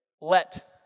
Let